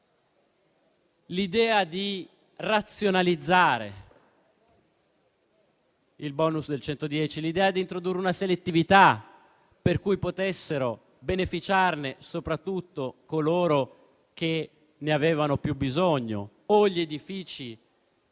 dunque di razionalizzare il *bonus* del 110 per cento, l'idea di introdurre una selettività per cui potessero beneficiarne soprattutto coloro che ne avevano più bisogno o gli edifici